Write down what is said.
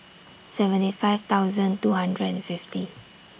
seventy five thousand two hundred and fifty